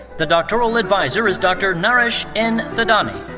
the doctoral adviser is dr. naresh n. thadhani.